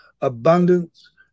abundance